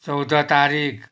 चौध तारिक